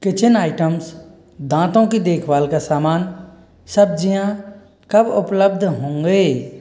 kitchen items दांतों की देखभाल का सामान सब्जियाँ कब उपलब्ध होंगे